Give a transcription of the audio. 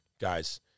guys